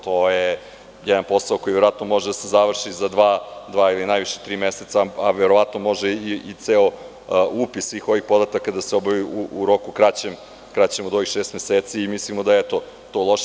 To je jedan posao koji verovatno može da se završi dva ili najviše tri meseca, a verovatno može i ceo upis svih ovih podataka da se obavi u roku kraćem od ovih šest meseci, i mislimo da je to loše.